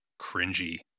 cringy